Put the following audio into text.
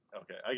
okay